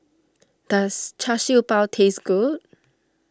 does Char Siew Bao taste good